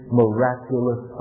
miraculous